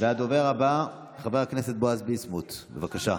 הדובר הבא, חבר הכנסת בועז ביסמוט, בבקשה.